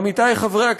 עמיתי חברי הכנסת,